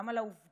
וגם על העובדה